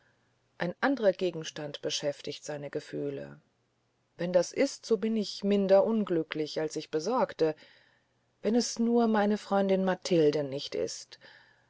ein andrer gegenstand beschäftigt seine gefühle wenn das ist so bin ich minder unglücklich als ich besorgte wenn es nur meine freundin matilde nicht ist